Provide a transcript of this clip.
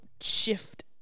shift